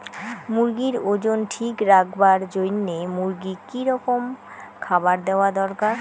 মুরগির ওজন ঠিক রাখবার জইন্যে মূর্গিক কি রকম খাবার দেওয়া দরকার?